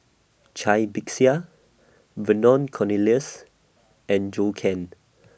Cai Bixia Vernon Cornelius and Zhou Can